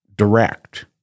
direct